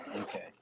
Okay